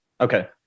okay